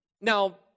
Now